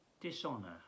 dishonor